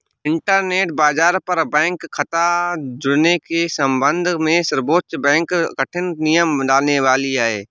internet बाज़ार पर bank खता जुड़ने के सम्बन्ध में सर्वोच्च बैंक कठिन नियम लाने वाली है